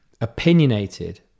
opinionated